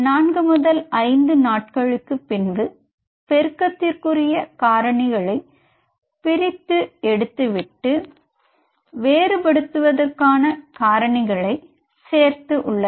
4 5 நாட்களுக்கு பின்பு பெருக்கத்திற்குரிய காரணிகளை பிரித்து எடுத்துவிட்டு வேறுபடுத்துவதற்கான காரணிகளை சேர்த்து உள்ளன